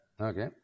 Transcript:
Okay